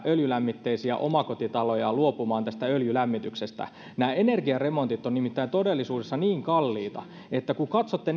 öljylämmitteisiä omakotitaloja luopumaan öljylämmityksestä nämä energiaremontit ovat nimittäin todellisuudessa niin kalliita että kun katsotte